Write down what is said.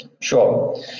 Sure